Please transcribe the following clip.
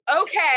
okay